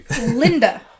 Linda